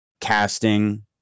casting